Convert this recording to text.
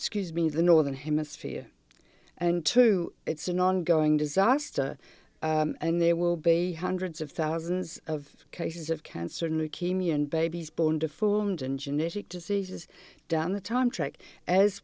scuse me the northern hemisphere and two it's an ongoing disaster and there will be hundreds of thousands of cases of cancer new kenyan babies born deformed and genetic diseases down the time track as